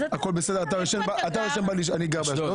אני גר באשדוד.